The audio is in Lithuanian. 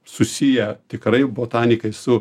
susiję tikrai botanikai su